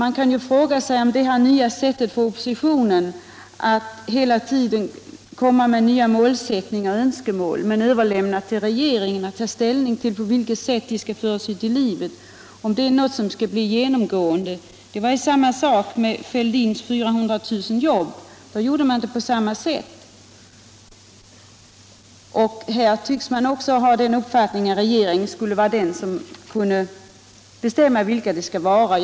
Man kan ju fråga sig, om det här nya sättet från oppositionen att komma med nya målsättningar och önskemål hela tiden men överlämna till regeringen att ta ställning till på vilket sätt detta skall föras ut i verkligheten är någonting genomgående. Det var samma sak med Fälldins 109 löfte om 400 000 nya jobb — då gjorde man på samma sätt. Också här tycks man ha uppfattningen, att regeringen är den som bäst skulle kunna bestämma vilka de skall vara som skall kunna besvära sig.